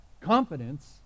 confidence